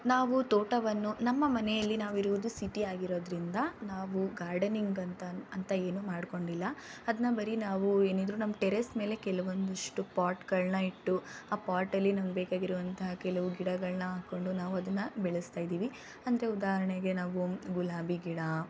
ನಾವು ತೋಟವನ್ನು ನಮ್ಮ ಮನೆಯಲ್ಲಿ ನಾವಿರುವುದು ಸಿಟಿಯಾಗಿರೋದರಿಂದ ನಾವು ಗಾರ್ಡನಿಂಗಂತ ಅಂತ ಏನು ಮಾಡಿಕೊಂಡಿಲ್ಲಾ ಅದನ್ನು ಬರೀ ನಾವು ಏನಿದ್ದರೂ ನಮ್ಮ ಟೆರೇಸ್ ಮೇಲೆ ಕೆಲವೊಂದಷ್ಟು ಪಾಟುಗಳ್ನ ಇಟ್ಟು ಆ ಪಾಟಲ್ಲಿ ನಮ್ಗೆ ಬೇಕಾಗಿರುವಂತಹ ಕೆಲವು ಗಿಡಗಳನ್ನು ಹಾಕ್ಕೊಂಡು ನಾವು ಅದನ್ನು ಬೆಳೆಸ್ತಾಯಿದೀವಿ ಅಂದರೆ ಉದಾಹರ್ಣೆಗೆ ನಾವು ಗುಲಾಬಿ ಗಿಡ